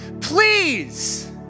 Please